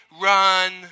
run